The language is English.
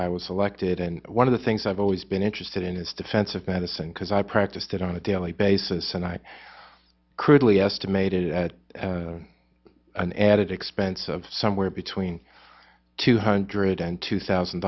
i was elected in one of the things i've always been interested in is defensive medicine because i practiced it on a daily basis and i crudely estimated at an added expense of somewhere between two hundred and two thousand